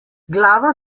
glava